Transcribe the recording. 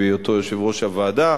בהיותו יושב-ראש הוועדה.